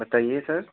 बताइए सर